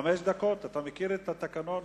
חמש דקות, אתה מכיר את התקנון.